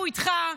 אנחנו איתך.